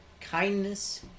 kindness